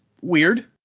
weird